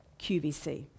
QVC